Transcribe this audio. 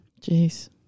Jeez